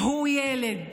הוא ילד,